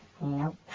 nope